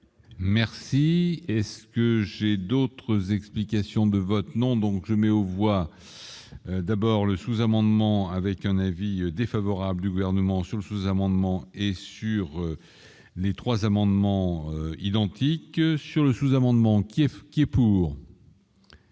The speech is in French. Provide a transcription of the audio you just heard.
Merci est-ce que j'ai d'autres explications de vote non, donc je mets aux voix d'abord le sous-amendement avec un avis défavorable du gouvernement sur le sous-amendement et sur les 3 amendements identiques sur le sous-amendement qui est, qui